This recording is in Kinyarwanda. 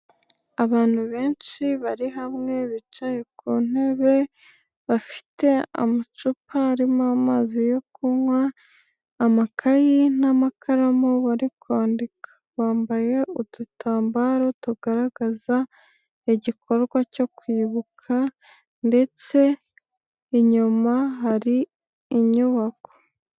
Abantu benshi bari hamwe bicaye ku ntebe bafite amacupa arimo amazi yo kunywa, amakayi n'amakaramu bari kwandika, bambaye udutambaro tugaragaza igikorwa cyo kwibuka ndetse inyuma hari inyubako.